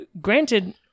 granted